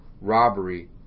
robbery